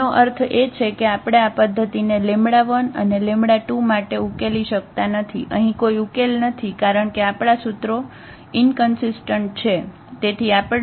એનો અર્થ એ છે કે આપણે આ પદ્ધતિને 𝜆1 અને 𝜆2 માટે ઉકેલી શકતા નથી અહીં કોઈ ઉકેલ નથી કારણ કે આપણા સૂત્રો ઈનકન્સિસ્ટન્ટ છે